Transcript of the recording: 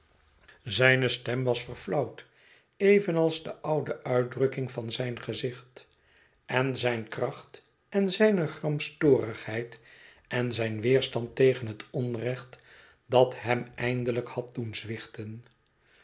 zijne stem was verflauwd evenals de oude uitdrukking van zijn gezicht en zijne kracht en zijne gramstorigheid en zijn weerstand tegen het onrecht dat hem eindelijk had doen